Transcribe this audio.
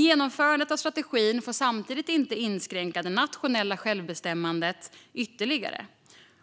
Genomförandet av strategin får samtidigt inte inskränka det nationella självbestämmandet ytterligare,